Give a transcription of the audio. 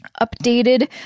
updated